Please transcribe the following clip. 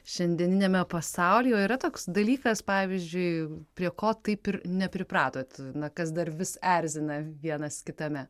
šiandieniniame pasauly o yra toks dalykas pavyzdžiui prie ko taip ir nepripratot na kas dar vis erzina vienas kitame